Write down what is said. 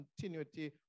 continuity